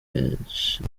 benshi